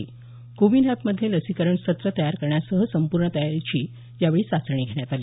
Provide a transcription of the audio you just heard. कोविन एपमध्ये लसीकरण सत्र तयार करण्यासह संपूर्ण तयारीची यावेळी चाचणी घेण्यात आली